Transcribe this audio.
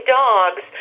dogs